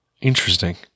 Interesting